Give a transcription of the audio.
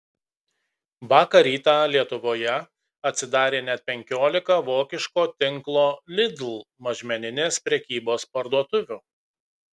vakar rytą lietuvoje atsidarė net penkiolika vokiško tinklo lidl mažmeninės prekybos parduotuvių